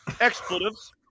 Expletives